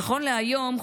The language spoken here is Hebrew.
נכון להיום,